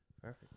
Perfect